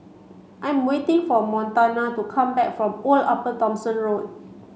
I am waiting for Montana to come back from Old Upper Thomson Road